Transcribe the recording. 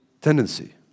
tendency